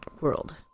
world